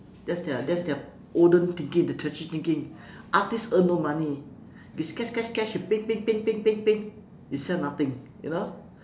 that's their that's their olden thinking their traditional thinking artist earn no money you sketch sketch sketch you paint paint paint paint paint paint you sell nothing you know